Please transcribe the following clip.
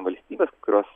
valstybės kurios